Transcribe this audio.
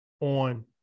on